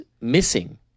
missing